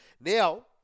Now